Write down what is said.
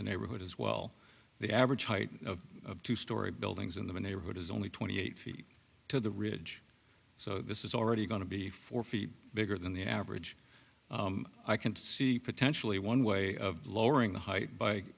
the neighborhood as well the average height of two story buildings in the neighborhood is only twenty eight feet to the ridge so this is already going to be four feet bigger than the average i can see potentially one way of lowering the height b